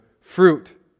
fruit